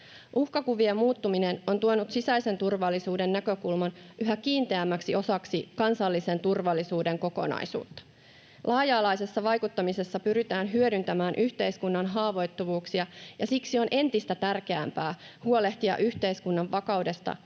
Uhkakuvien muuttuminen on tuonut sisäisen turvallisuuden näkökulman yhä kiinteämmäksi osaksi kansallisen turvallisuuden kokonaisuutta. Laaja-alaisessa vaikuttamisessa pyritään hyödyntämään yhteiskunnan haavoittuvuuksia, ja siksi on entistä tärkeämpää huolehtia yhteiskunnan vakaudesta